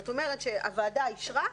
זאת אומרת שהוועדה אישרה,